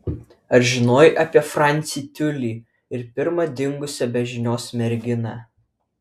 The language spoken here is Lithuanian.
ar žinojai apie francį tiulį ir pirmą dingusią be žinios merginą